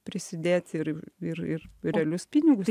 prisidėti ir ir ir realius pinigus